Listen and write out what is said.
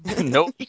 Nope